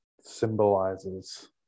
symbolizes